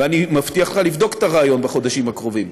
ואני מבטיח לך לבדוק את הרעיון בחודשים הקרובים.